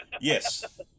Yes